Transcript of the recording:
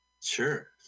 Sure